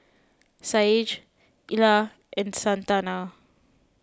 Saige Illa and Santana